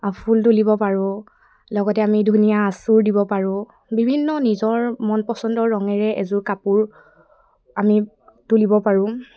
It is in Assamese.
ফুল তুলিব পাৰোঁ লগতে আমি ধুনীয়া আঁচুৰ দিব পাৰোঁ বিভিন্ন নিজৰ মন পচন্দৰ ৰঙেৰে এযোৰ কাপোৰ আমি তুলিব পাৰোঁ